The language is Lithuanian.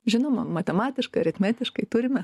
žinoma matematiškai aritmetiškai turime